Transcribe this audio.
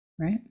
right